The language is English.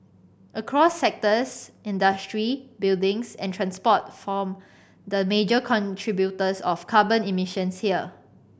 across sectors industry buildings and transport form the major contributors of carbon emissions here